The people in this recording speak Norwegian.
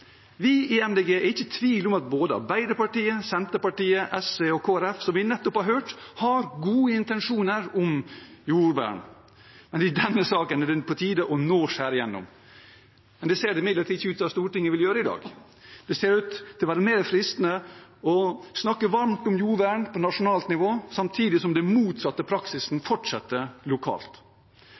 Vi i Miljøpartiet De Grønne er ikke i tvil om at både Arbeiderpartiet, Senterpartiet, SV og Kristelig Folkeparti – som vi nettopp har hørt – har gode intensjoner når det gjelder jordvern, men i denne saken er det nå på tide å skjære igjennom. Det ser det imidlertid ikke ut til at Stortinget vil gjøre i dag. Det ser ut til å være mer fristende å snakke varmt om jordvern på nasjonalt nivå, samtidig som den motsatte praksisen fortsetter lokalt.